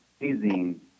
amazing